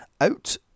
Out